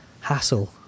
hassle